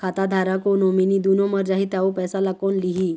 खाता धारक अऊ नोमिनि दुनों मर जाही ता ओ पैसा ला कोन लिही?